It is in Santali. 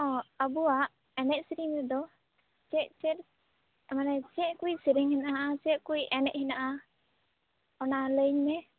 ᱚᱻ ᱟᱵᱚᱣᱟᱜ ᱮᱱᱮᱡ ᱥᱮᱨᱮᱧ ᱨᱮᱫᱚ ᱪᱮᱫ ᱪᱮᱫ ᱢᱟᱱᱮ ᱪᱮᱫ ᱠᱩᱡ ᱥᱮᱨᱮᱧ ᱦᱮᱱᱟᱜᱼᱟ ᱪᱮᱫ ᱠᱩᱡ ᱮᱱᱮᱡ ᱦᱮᱱᱟᱜᱼᱟ ᱚᱱᱟ ᱞᱟᱹᱭ ᱤᱧᱢᱮ